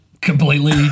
Completely